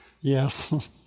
Yes